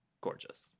gorgeous